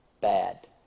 bad